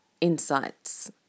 insights